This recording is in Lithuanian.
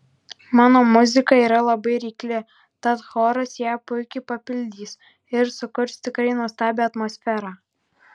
mano muzika yra labai reikli tad choras ją puikiai papildys ir sukurs tikrai nuostabią atmosferą